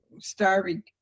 starving